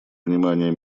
внимания